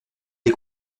les